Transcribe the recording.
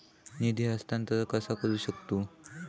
निधी हस्तांतर कसा करू शकतू?